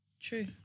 true